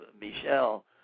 Michelle